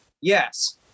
Yes